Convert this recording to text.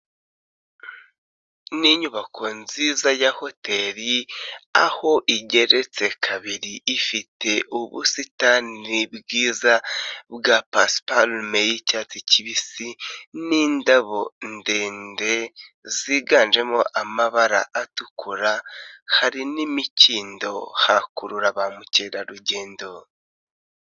Ni inyubako nziza ya hoteri, aho igeretse kabiri, ifite ubusitani bwiza bwa paspalume y'icyatsi kibisi n'indabo ndende, ziganjemo amabara atukura, hari n'imikindo, hakurura ba mukerarugendo.